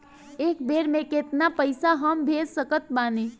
एक बेर मे केतना पैसा हम भेज सकत बानी?